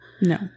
No